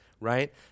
right